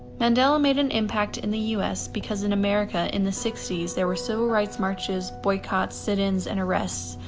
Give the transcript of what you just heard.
mandela made an impact in the us, because in america in the sixty s, there were civil rights marches, boycotts, sit-ins, and arrests,